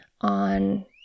on